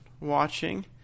watching